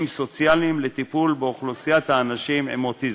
סוציאליים לטיפול באוכלוסיית האנשים עם אוטיזם.